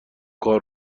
کار